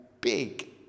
big